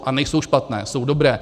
A nejsou špatné, jsou dobré.